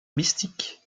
mystique